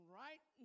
right